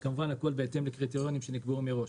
כמובן הכול בהתאם לקריטריונים שנקבעו מראש.